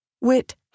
Wit